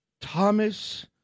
Thomas